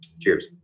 cheers